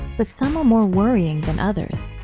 but some are more worrying than others.